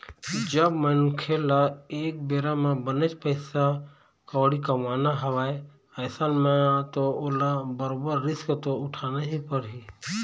जब मनखे ल एक बेरा म बनेच पइसा कउड़ी कमाना हवय अइसन म तो ओला बरोबर रिस्क तो उठाना ही परही